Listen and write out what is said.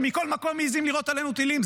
כשמכל מקום מעיזים לירות עלינו טילים.